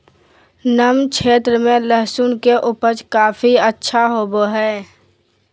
नम क्षेत्र में लहसुन के उपज काफी अच्छा होबो हइ